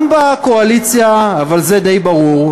גם בקואליציה, אבל זה די ברור,